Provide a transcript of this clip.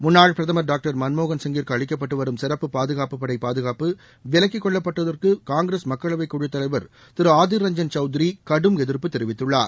முன்னாள் பிரதமர் டாக்டர் மன்மோகள் சிங்கிற்கு அளிக்கப்பட்டு வரும் சிறப்பு பாதுகாப்பு படை பாதுகாப்பு விலக்கிக் கொள்ளப்படுவதற்கு காங்கிரஸ் மக்களவைக் குழுத்தலைவர் திரு ஆதிர் ரஞ்சன் சவுத்ரி கடும் எதிர்ப்பு தெரிவித்துள்ளார்